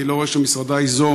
אני לא רואה שמשרדה ייזום.